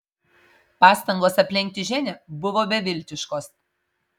pastangos aplenkti ženią buvo beviltiškos